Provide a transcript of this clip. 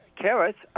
carrots